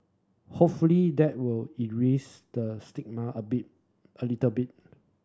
hopefully that will erase the stigma a bit a little bit